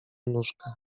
nóżkę